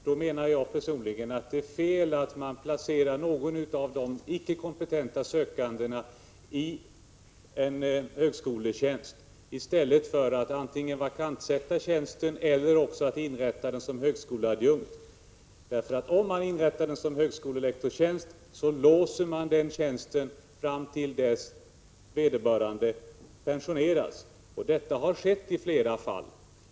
Då menar jag personligen att det är fel att man placerar någon av de icke kompetenta sökandena i en högskolelektorstjänst i stället för att antingen vakantsätta tjänsten eller inrätta den som en högskoleadjunktstjänst. Om man inrättar den som högskolelektorstjänst, låser man den tjänsten fram till dess att vederbörande pensioneras. Detta har skett i flera fall.